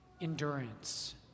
endurance